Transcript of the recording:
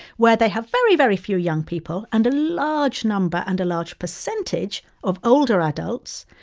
where they have very, very few young people and a large number and a large percentage of older adults,